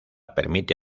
permite